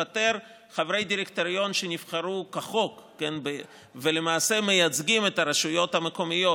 לפטר חברי דירקטוריון שנבחרו כחוק ולמעשה מייצגים את הרשויות המקומיות,